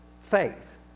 faith